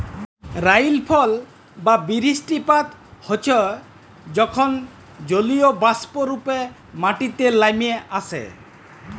রাইলফল বা বিরিস্টিপাত হচ্যে যখল জলীয়বাষ্প রূপে মাটিতে লামে আসে